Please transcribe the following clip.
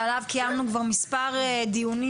וועדת החינוך קיימה בו מספר דיונים